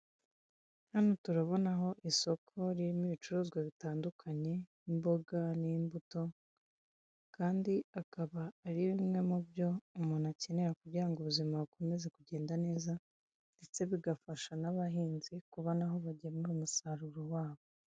Hano turabonaho isoko ririmo ibicuruzwa bitandukanye, nk'imboga n'imbuto, kandi akaba ari bimwe mubyo umuntu akenera kugira ngo ubuzima bukomeze kugenda neza, ndetse bigafasha n'abahinzi kubona aho bagemura umusaruro wa bo.